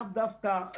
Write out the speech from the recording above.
לאו דווקא.